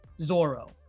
Zoro